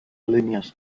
líneas